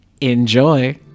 Enjoy